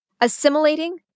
assimilating